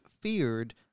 feared